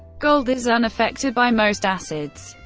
gold is unaffected by most acids.